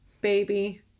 baby